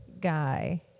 guy